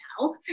now